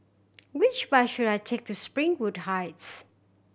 which bus should I take to Springwood Heights